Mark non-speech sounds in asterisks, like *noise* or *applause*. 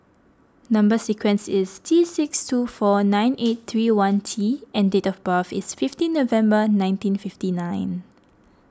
Number Sequence is T six two four nine *noise* eight three one T and date of birth is fifteen November nineteen fifty nine